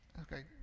Okay